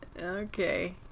Okay